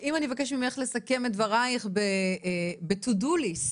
אם אני אבקש ממך לסכם את דברייך ב- to do list.